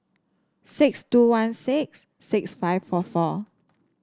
six two one six six five four four